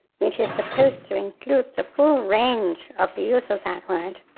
which is supposed to include the full range of the use of that word,